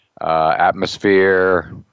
atmosphere